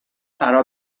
فرا